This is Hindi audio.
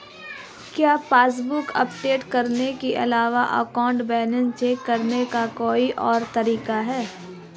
क्या पासबुक अपडेट करने के अलावा अकाउंट बैलेंस चेक करने का कोई और तरीका है?